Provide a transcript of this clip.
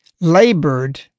labored